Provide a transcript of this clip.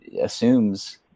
assumes